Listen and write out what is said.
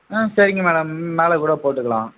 ம் சரிங்க மேடம் மேலே கூட போட்டுக்கலாம்